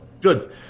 Good